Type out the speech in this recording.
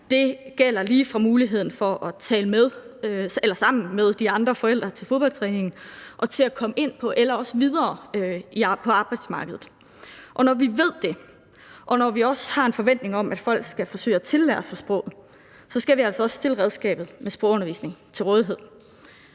Det gælder lige fra muligheden for at tale med de andre forældre til fodboldtræningen og til at komme ind på eller videre på arbejdsmarkedet. Og når vi ved det, og når vi også har en forventning om, at folk skal forsøge at tillære sig sproget, skal vi altså også stille redskabet med sprogundervisning til rådighed.